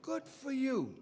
good for you